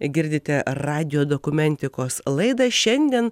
girdite radijo dokumentikos laidą šiandien